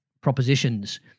propositions